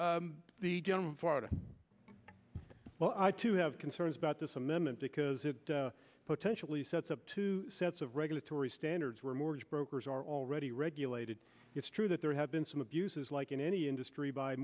been the general for a while i too have concerns about this amendment because it potentially sets up two sets of regulatory standards were mortgage brokers are already regulated it's true that there have been some abuses like in any industry by